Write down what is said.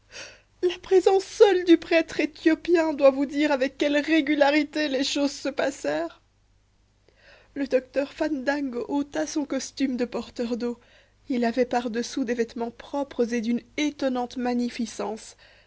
la présence seule du prêtre éthiopien doit vous dire avec quelle régularité les choses se passèrent le docteur fandango ôta son costume de porteur d'eau il avait par-dessous des vêtements propres et d'une étonnante magnificence